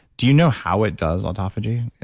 do you know how it does autophagy?